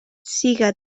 siga